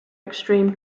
extreme